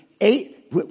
eight